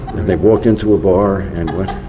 and they walked into a bar, and